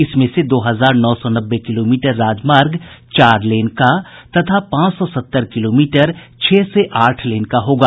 इसमें से दो हजार नौ सौ नब्बे किलोमीटर राजमार्ग चार लेन का तथा पांच सौ सत्तर किलोमीटर छह से आठ लेन का होगा